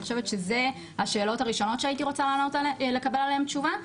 אני חושבת שאלה השאלות הראשונות שהייתי רוצה לקבל עליהן תשובה,